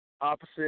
opposite